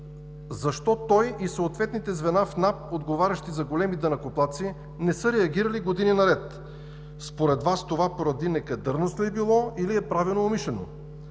по приходите, отговарящи за големи данъкоплатци, не са реагирали години наред? Според Вас това поради некадърност ли е било, или е правено умишлено?